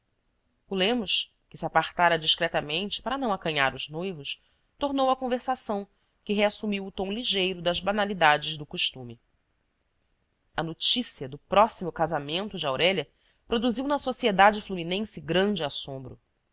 o lemos que se apartara discretamente para não acanhar os noivos tornou à conversação que reassumiu o tom ligeiro das banalidades do costume a notícia do próximo casamento de aurélia produziu na sociedade fluminense grande assombro